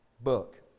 book